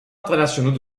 internationaux